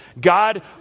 God